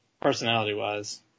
personality-wise